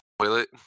toilet